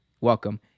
Welcome